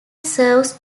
serves